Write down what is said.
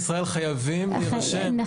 אני וחברי הוועדה מאוד מעריכים ואין לנו ספק או